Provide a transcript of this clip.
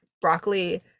broccoli